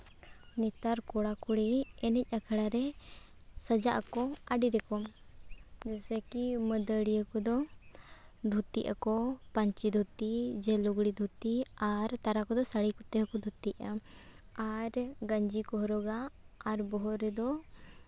ᱱᱮᱛᱟᱨ ᱠᱚᱲᱟᱼᱠᱩᱲᱤ ᱮᱱᱮᱡ ᱟᱠᱷᱲᱟ ᱨᱮ ᱥᱟᱡᱟᱜ ᱟᱠᱚ ᱟᱹᱰᱤ ᱨᱚᱠᱚᱢ ᱡᱮᱥᱮᱠᱤ ᱢᱟᱺᱫᱟᱹᱲᱤᱭᱟᱹ ᱠᱚᱫᱚ ᱫᱷᱩᱛᱤᱜ ᱟᱠᱚ ᱯᱟᱹᱧᱪᱤ ᱫᱷᱩᱛᱤ ᱡᱮ ᱞᱩᱜᱽᱲᱤ ᱫᱷᱩᱛᱤ ᱟᱨ ᱛᱟᱨᱟ ᱠᱚᱫᱚ ᱥᱟᱹᱲᱤ ᱠᱚᱛᱮ ᱦᱚᱸᱠᱚ ᱫᱷᱩᱛᱤᱜᱼᱟ ᱟᱨ ᱜᱮᱧᱡᱤ ᱠᱚ ᱦᱚᱨᱚᱜᱟ ᱟᱨ ᱵᱚᱦᱚᱜ ᱨᱮᱫᱚ